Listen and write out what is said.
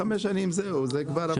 חמש שנים זהו, זה כבר בידיים שלהם.